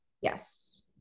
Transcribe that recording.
Yes